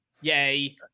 yay